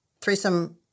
threesome